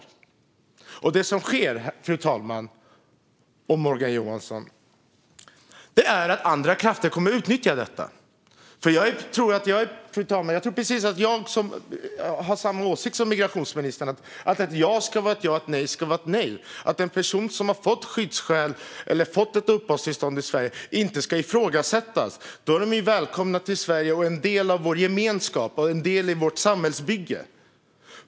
Det som kommer att ske, fru talman och Morgan Johansson, är att andra krafter utnyttjar detta. Fru talman! Jag tror att migrationsministern och jag har samma åsikt: Ett ja ska vara ett ja, och ett nej ska vara ett nej. Personer som har skyddsskäl och har fått uppehållstillstånd i Sverige ska inte ifrågasättas. De är välkomna till Sverige. De är en del av vår gemenskap och en del i vårt samhällsbygge.